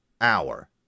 hour